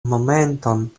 momenton